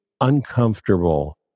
uncomfortable